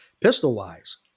pistol-wise